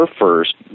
first